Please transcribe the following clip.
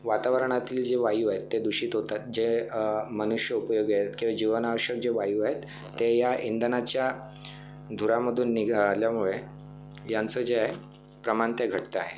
वातावरणातील जे वायू आहेत ते दूषित होतात जे मनुष्य उपयोगी आहेत किंवा जीवनावश्यक जे वायू आहेत ते या इंधनाच्या धुरामधून निघाल्यामुळे यांचं जे आहे प्रमाण ते घटतं आहे